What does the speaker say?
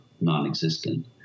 non-existent